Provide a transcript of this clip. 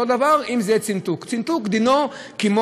אותו דבר אם זה יהיה צינתוק: צינתוק דינו להתקשר.